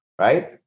right